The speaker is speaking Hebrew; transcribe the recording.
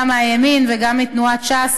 גם מהימין וגם מתנועת ש"ס,